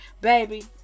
Baby